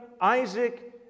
Isaac